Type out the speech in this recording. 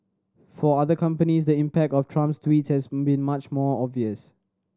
for other companies the impact of Trump's tweets has been much more obvious